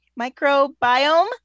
microbiome